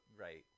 right